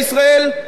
היא מופת